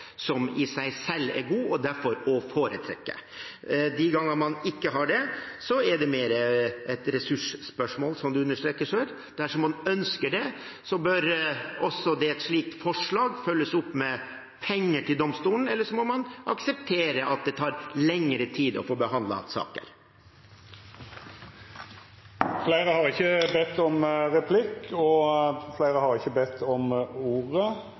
som i seg selv er god og derfor er å foretrekke. De gangene man ikke har det, er det mer et ressursspørsmål, som representanten understreket selv. Dersom man ønsker det, bør også et slikt forslag følges opp med penger til domstolen, eller så må man akseptere at det tar lengre tid å få behandlet saker. Replikkordskiftet er dermed omme. Fleire har ikkje bedt om